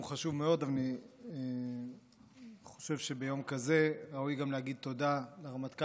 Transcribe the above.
אני חושב שביום כזה ראוי גם להגיד תודה לרמטכ"ל אביב כוכבי,